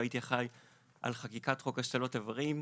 והייתי אחראי על חקיקת חוק השתלות איברים.